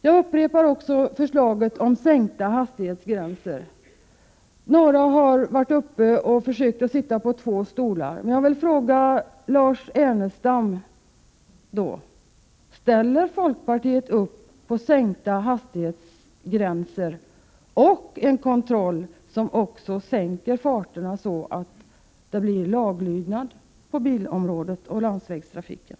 Jag upprepar också förslaget om sänkta hastighetsgränser. Några försöker här sitta på två stolar samtidigt, och jag vill fråga Lars Ernestam: Ställer sig folkpartiet bakom förslaget om sänkta hastighetsgränser och en kontroll, som sänker farterna så att det blir laglydnad på bilområdet och i landsvägstrafiken?